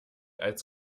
als